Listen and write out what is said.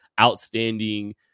outstanding